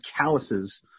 calluses